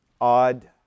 odd